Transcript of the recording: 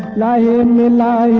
la yeah i mean la